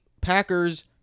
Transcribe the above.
Packers